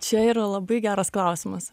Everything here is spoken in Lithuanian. čia yra labai geras klausimas